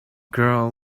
girl